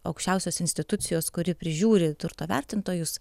aukščiausios institucijos kuri prižiūri turto vertintojus